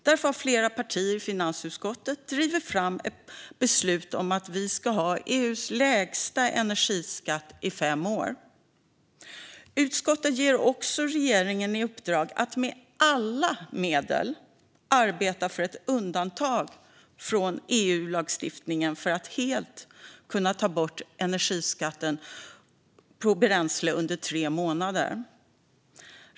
Därför har flera partier i finansutskottet drivit fram ett beslut om att Sverige ska ha EU:s lägsta energiskatt i fem månader. Utskottet ger också regeringen i uppdrag att med alla medel arbeta för ett undantag från EU-lagstiftningen för att helt kunna ta bort energiskatten på bränsle under tre månader.